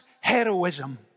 heroism